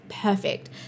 perfect